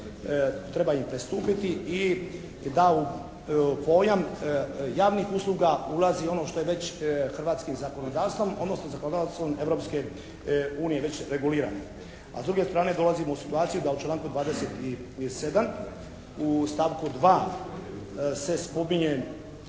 treba im pristupiti i da u pojam javnih usluga ulazi ono što je već hrvatskim zakonodavstvom odnosno zakonodavstvom Europske unije već regulirano. A s druge strane dolazimo u situaciju da u članku 27., u stavku 2. se spominje